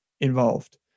involved